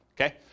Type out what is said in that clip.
Okay